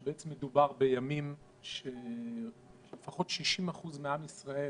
שבעצם מדובר בימים שלפחות 60% מעם ישראל